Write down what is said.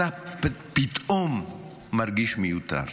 אתה פתאום מרגיש מיותר".